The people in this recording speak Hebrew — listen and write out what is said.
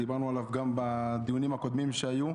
דיברנו עליו גם בדיונים הקודמים שהיו.